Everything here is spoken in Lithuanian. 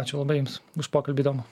ačiū labai jums už pokalbį įdomų